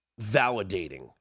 validating